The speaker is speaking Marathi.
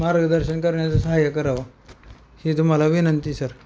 मार्गदर्शन करण्याचं सहाय्य करावं ही तुम्हाला विनंती सर